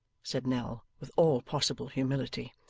said nell, with all possible humility.